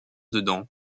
dedans